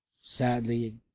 sadly